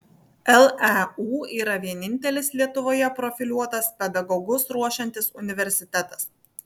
leu yra vienintelis lietuvoje profiliuotas pedagogus ruošiantis universitetas